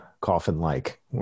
coffin-like